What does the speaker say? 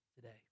today